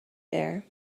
bear